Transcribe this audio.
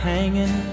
Hanging